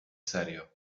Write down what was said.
serio